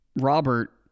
Robert